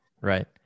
Right